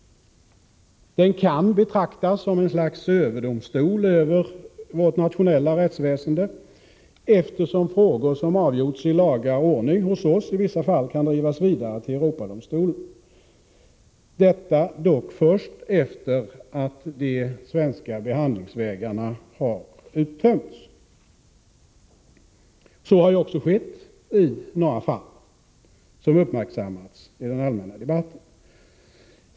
Den kan betraktas som ett slags överdomstol över det nationella rättsväsendet, eftersom frågor som avgjorts i laga ordning hos oss i vissa fall kan drivas vidare till Europadomstolen — detta dock först efter att de svenska behandlingsvägarna har uttömts. Så har ju också skett i några fall som uppmärksammats i den allmänna debatten.